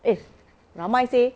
eh ramai seh